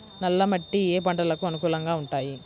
నల్ల మట్టి ఏ ఏ పంటలకు అనుకూలంగా ఉంటాయి?